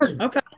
Okay